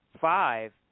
five